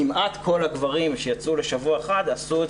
כמעט כל הגברים שיצאו לשבוע אחד עשו את